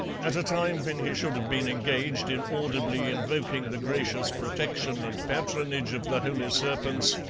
at a time when he should have been engaged in audibly invoking the gracious protection and patronage of the holy serpents,